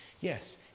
Yes